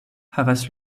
havas